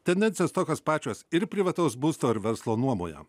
tendencijos tokios pačios ir privataus būsto ir verslo nuomoje